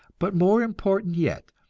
but more important yet,